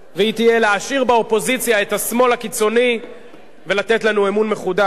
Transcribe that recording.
והיא תהיה להשאיר באופוזיציה את השמאל הקיצוני ולתת לנו אמון מחודש